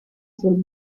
sul